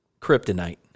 kryptonite